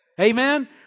Amen